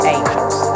Angels